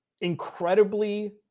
incredibly